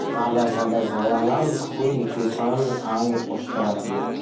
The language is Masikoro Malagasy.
Mba lazalazao agnamiko hoe gny toetsandro agny Ostralia?